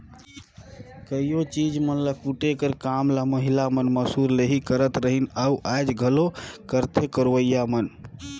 कइयो चीज मन ल कूटे कर काम ल महिला मन मूसर ले ही करत रहिन अउ आएज घलो करथे करोइया मन